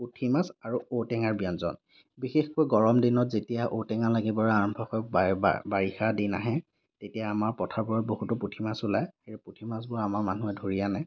পুঠি মাছ আৰু ঔটেঙাৰ ব্য়ঞ্জন বিশেষকৈ গৰম দিনত যেতিয়া ঔটেঙা লাগিবলৈ আৰম্ভ কৰে বাৰিষাৰ দিন আহে তেতিয়া আমাৰ পথাৰবোৰত বহুতো পুঠি মাছ ওলায় সেই পুঠি মাছবোৰ আমাৰ মানুহে ধৰি আনে